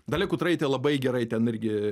dalia kutraitė labai gerai ten irgi